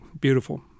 beautiful